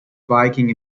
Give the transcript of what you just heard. viking